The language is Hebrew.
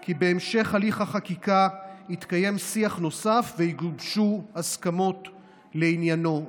כי בהמשך הליך החקיקה יתקיים שיח נוסף ויגובשו הסכמות בעניינו.